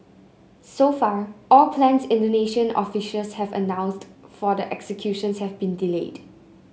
so far all plans Indonesian officials have announced for the executions have been delayed